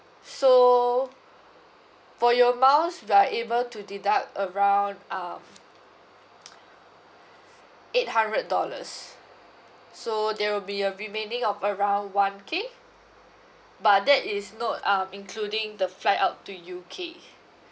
so for your miles so you are able to deduct around um eight hundred dollars so there will be a remaining of around one K but that is not um including the flight out to U_K